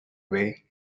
way